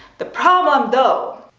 the problem though.